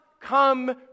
come